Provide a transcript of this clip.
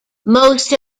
most